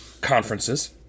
conferences